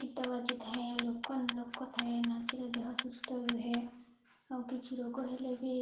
ଗୀତ ବାଜିଥାଏ ଲୋକ ଲୋକ ଥାଏ ନାଚିଲେ ଦେହ ସୁସ୍ଥ ରୁହେ ଆଉ କିଛି ରୋଗ ହେଲେ ବି